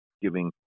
giving